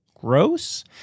Gross